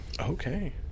okay